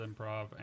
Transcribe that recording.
improv